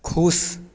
खुश